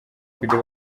kujya